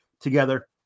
together